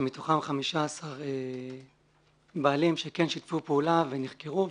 שמתוכם 15 בעלים שכן שיתפו פעולה ונחקרו,